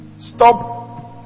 Stop